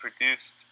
produced